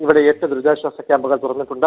ഇവിടെ എട്ട് ദ്യുരിതാശ്ചാസ ക്യാമ്പുകൾ തുറന്നിട്ടുണ്ട്